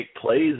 plays